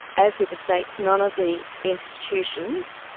as with the states, none of the institutions,